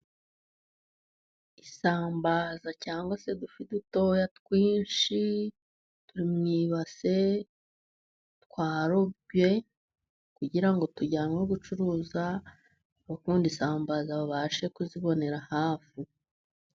Isambaza cyangwa se udufi dutoya twinshi, turi mu ibase, twarobwe kugira ngo tujyanwe gucuruzwa, abakunda isambaza babashe kuzibonera hafi.